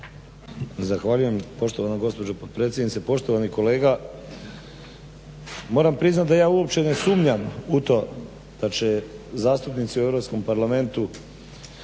Zahvaljujem poštovana gospođo potpredsjednice. Poštovani kolega moram priznati da ja uopće ne sumnjam u to da će zastupnici u Europskom parlamentu